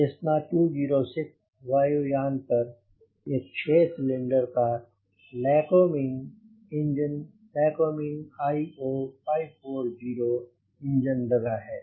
Cessna 206 वायु यान पर एक 6 सिलेंडर का Lycoming engine Lycoming IO 540 engine लगा है